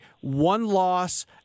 one-loss